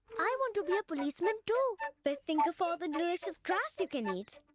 i want to be a policeman, too. but think of all the delicious grass you can eat.